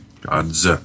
God's